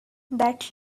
that